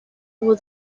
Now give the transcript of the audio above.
will